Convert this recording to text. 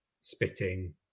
spitting